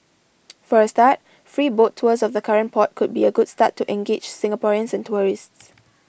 for a start free boat tours of the current port could be a good start to engage Singaporeans and tourists